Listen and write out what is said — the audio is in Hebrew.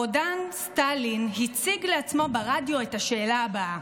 הרודן סטלין הציג לעצמו ברדיו את השאלה הבאה: